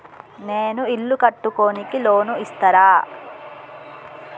నేను ఇల్లు కట్టుకోనికి లోన్ ఇస్తరా?